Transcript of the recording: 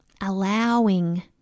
allowing